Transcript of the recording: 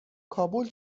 کابل